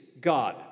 God